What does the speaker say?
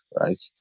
right